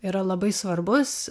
yra labai svarbus